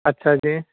ਅੱਛਾ ਜੀ